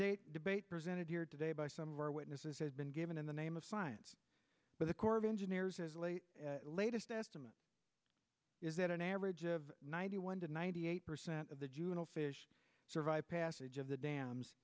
date debate presented here today by some of our witnesses have been given in the name of science but the corps of engineers as late latest estimate is that an average of ninety one to ninety eight percent of the juvenile fish survive passage of the dams